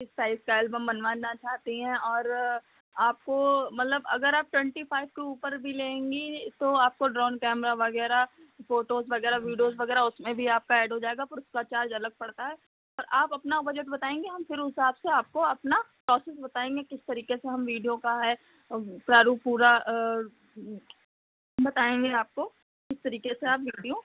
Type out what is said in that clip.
किस size style में बनवाना चाहती हैं और आपको मलब अगर आप ट्वेन्टी फाइब के ऊपर भी लेंगी तो आप ड्रोन कैमेरा वगेरा फ़ोटोज़ वगेरा विडिओज वगैरह उसमें भी आपका ऐड हो जाएगा पर उसका चार्ज अलग पड़ता है और आप अपना बजट बताएंगी हम फिर उस हिसाब से आपको अपना प्रोसेस बताएंगे किस तरीके से हम वीडियो का है प्रारूप पूरा बताएंगे आपको किस तरीके से आप बीडीओ